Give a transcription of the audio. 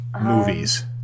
movies